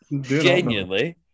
Genuinely